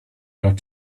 got